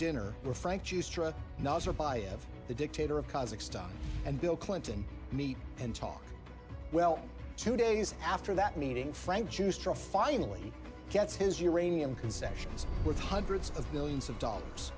dinner of the dictator of kazakhstan and bill clinton meet and talk well two days after that meeting frank schuster finally gets his uranium concessions worth hundreds of millions of dollars